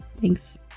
thanks